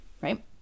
right